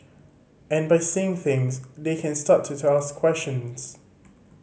and by seeing things they can start to ask questions